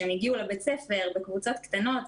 הם הגיעו לבית ספר בקבוצות קטנות,